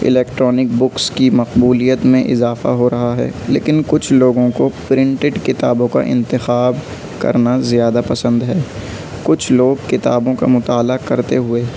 electronic books کی مقبولیت میں اضافہ ہو رہا ہے لیکن کچھ لوگوں کو پرنٹیڈ کتابوں کا انتخاب کرنا زیادہ پسند ہے کچھ لوگ کتابوں کا مطالعہ کرتے ہوئے